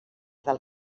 del